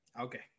Okay